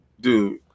dude